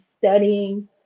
studying